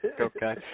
Okay